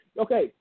Okay